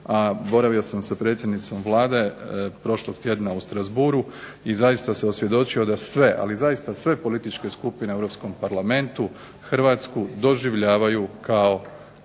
boravio sam sa predsjednicom Vlade prošlog tjedna u Strasbourghu i zaista se osvjedočio da sve, ali zaista sve u političke skupine u Europskom parlamentu Hrvatsku doživljavaju kao